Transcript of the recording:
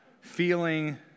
feeling